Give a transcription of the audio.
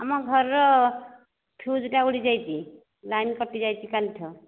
ଆମ ଘରର ଫ୍ୟୁଜ୍ଟା ଉଡିଯାଇଛି ଲାଇନ କଟିଯାଇଛି କାଲିଠୁ